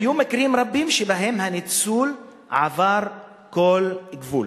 היו מקרים רבים שבהם הניצול עבר כל גבול